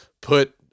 put